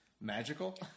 magical